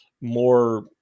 more